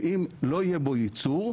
שאם לא יהיה בו יצור,